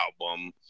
album